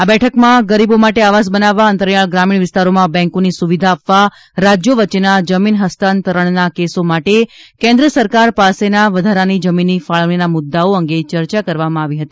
આ બેઠકમાં ગરીબો માટે આવાસ બનાવવા અંતરીયાળ ગ્રામીણ વિસ્તારોમાં બેંકોની સુવિધા આપવા રાજ્યો વચ્ચેના જમીન હસ્તાંતરણના કેસો માટે કેન્દ્ર સરકાર પાસેના વધારાની જમીનની ફાળવણીના મુદ્દાઓ અંગે ચર્ચા કરવામાં આવી હતી